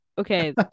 Okay